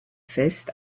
fest